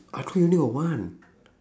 I thought you only got one